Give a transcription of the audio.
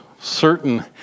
certain